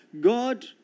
God